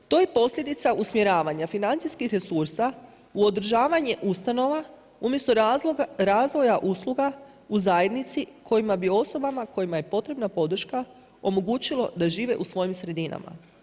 To je posljedica usmjeravanja, financijskih resursa u održavanje ustanova, umjesto razvoja usluga u zajednici kojima bi osobama, kojima je potrebna podrška omogućilo da žive u svojim sredinama.